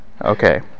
Okay